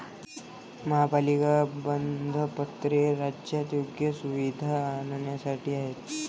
महापालिका बंधपत्रे राज्यात योग्य सुविधा आणण्यासाठी आहेत